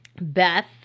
Beth